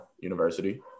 University